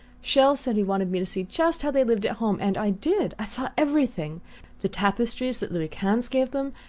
chelles said he wanted me to see just how they lived at home, and i did i saw everything the tapestries that louis quinze gave them,